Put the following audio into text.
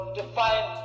define